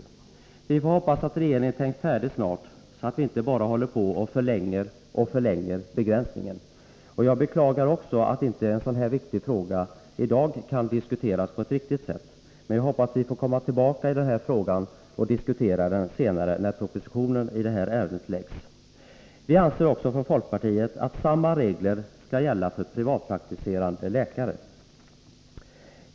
Vi får hoppas att regeringen tänkt färdigt snart, så att vi inte bara håller på och förlänger begränsningen. Jag beklagar att en sådan här viktig fråga i dag inte kan diskuteras på ett riktigt sätt, men jag hoppas att vi får återkomma senare när propositionen i ärendet framlagts. Vi anser också att samma regler skall gälla för privatpraktiserande läkare.